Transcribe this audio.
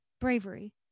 bravery